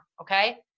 okay